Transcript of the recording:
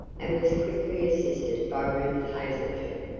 and was quickly assisted by ruth hazelton,